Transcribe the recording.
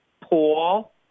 Paul